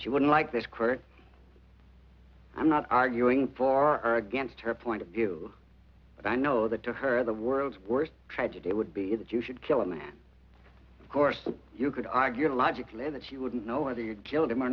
she wouldn't like this court i'm not arguing for or against her point of view but i know that to her the world's worst tragedy would be that you should kill him and of course you could argue logically that she wouldn't know whether you'd killed him or